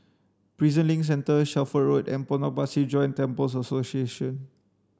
Prison Link Centre Shelford Road and Potong Pasir Joint Temples Association